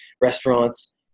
restaurants